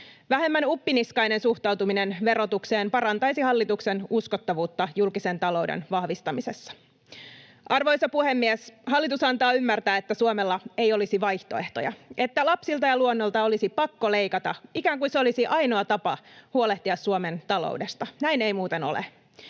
Vähemmän uppiniskainen suhtautuminen verotukseen parantaisi hallituksen uskottavuutta julkisen talouden vahvistamisessa. Arvoisa puhemies! Hallitus antaa ymmärtää, että Suomella ei olisi vaihtoehtoja, että lapsilta ja luonnolta olisi pakko leikata, ikään kuin se olisi ainoa tapa huolehtia Suomen talou-desta. Näin ei muuten ole.